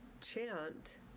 chant